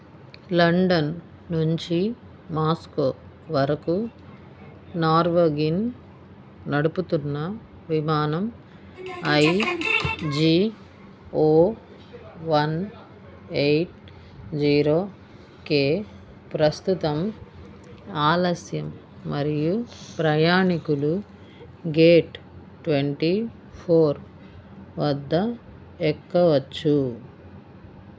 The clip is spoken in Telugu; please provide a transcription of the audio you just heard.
లండన్ నుంచి మాస్కో వరకు నార్వెగిన్ నడుపుతున్న విమానం I G O one eight zero K ప్రస్తుతం ఆలస్యం మరియు ప్రయాణీకులు గేట్ ట్వంటీ ఫోర్ వద్ద ఎక్కవచ్చు